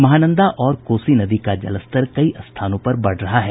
महानंदा और कोसी नदी का जलस्तर कई स्थानों पर बढ़ रहा है